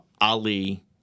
Ali